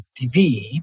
TV